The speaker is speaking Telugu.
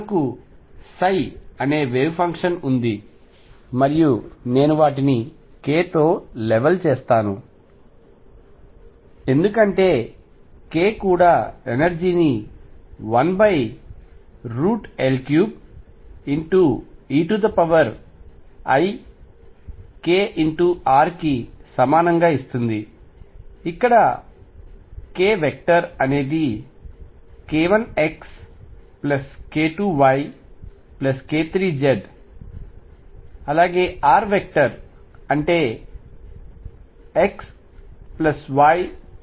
మనకు అనే వేవ్ ఫంక్షన్ ఉంది మరియు నేను వాటిని k తో లెవల్ చేస్తాను ఎందుకంటే k కూడా ఎనర్జీ ని 1L3 eikr కి సమానంగా ఇస్తుంది ఇక్కడ k అనేది k1xk2yk3z rఅంటే xxyyzz